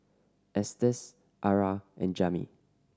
Estes Arah and Jami